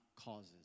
causes